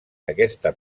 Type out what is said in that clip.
aquesta